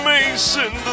Mason